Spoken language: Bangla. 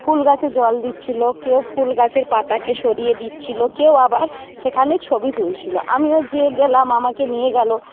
ফুল গাছে জল দিচ্ছিলো কেউ ফুল গাছের পাতাকে সরিয়ে দিচ্ছিলো কেউ আবার সেখানে ছবি তুলছিলো আমিও যে গেলাম আমাকে নিয়ে গেল